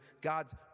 God's